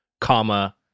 comma